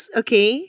okay